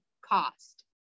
cost